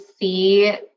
see